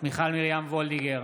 מיכל מרים וולדיגר,